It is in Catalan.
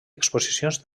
exposicions